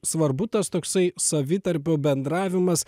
svarbu tas toksai savitarpio bendravimas